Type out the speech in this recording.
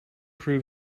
prove